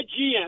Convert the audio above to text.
GM